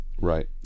right